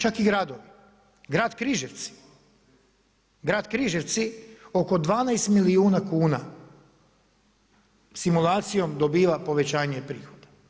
Čak i gradove, grad Kržievce, grad Križevci oko 12 milijuna kuna, simulacijom dobiva povećanje prihoda.